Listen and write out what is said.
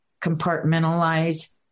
compartmentalize